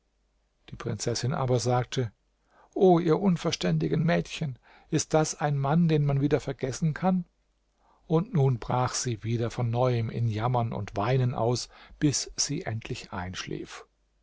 die prinzessin aber sagte o ihr unverständigen mädchen ist das ein mann den man wieder vergessen kann und nun brach sie wieder von neuem in jammern und weinen aus bis sie endlich einschlief